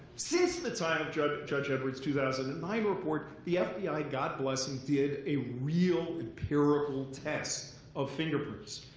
since the time of judge judge edward's two thousand and nine report, the fbi, god bless them, did a real empirical test of fingerprints.